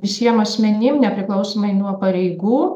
visiem asmenim nepriklausomai nuo pareigų